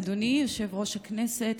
אדוני יושב-ראש הכנסת,